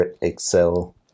Excel